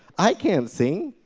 i can't sing.